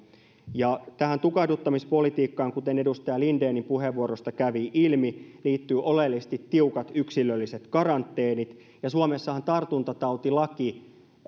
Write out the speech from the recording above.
tähän tukahduttamispolitiikkaan kuten edustaja lindenin puheenvuorosta kävi ilmi liittyvät oleellisesti tiukat yksilölliset karanteenit ja suomessahan tartuntatautilaki